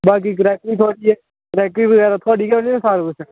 बाकी घराटी छोड़ियै लक्कड़ी बगैरा थुआढ़ी गै होनी ना सारा कुछ